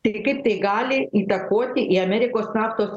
tai kaip tai gali įtakoti į amerikos naftos